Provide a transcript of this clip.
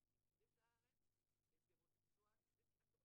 מה שמעניין בתחום האיידס,